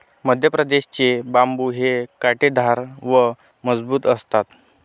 मध्यप्रदेश चे बांबु हे काटेदार व मजबूत असतात